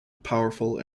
powerful